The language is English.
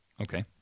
Okay